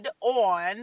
on